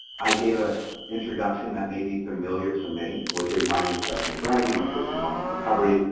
i gave a introduction that may be familiar to many, which is my name is justin luke riley, i'm a person in long-term recovery.